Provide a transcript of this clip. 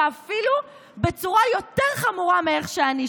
ואפילו בצורה יותר חמורה ממה שאני,